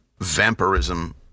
vampirism